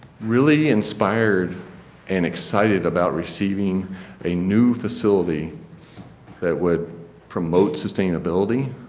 really inspired and excited about receiving a new facility that would promote sustainability,